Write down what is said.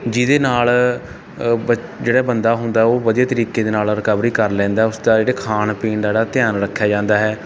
ਜਿਹਦੇ ਨਾਲ ਬ ਜਿਹੜਾ ਬੰਦਾ ਹੁੰਦਾ ਉਹ ਵਧੀਆ ਤਰੀਕੇ ਦੇ ਨਾਲ ਰਿਕਵਰੀ ਕਰ ਲੈਂਦਾ ਹੈ ਉਸ ਦਾ ਜਿਹੜੇ ਖਾਣ ਪੀਣ ਦਾ ਜਿਹੜਾ ਧਿਆਨ ਰੱਖਿਆ ਜਾਂਦਾ ਹੈ